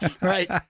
Right